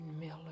Miller